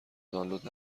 دانلود